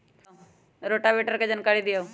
Rotavator के जानकारी दिआउ?